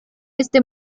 este